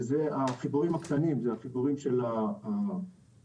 ואלה הם החיבורים הקטנים על גגות,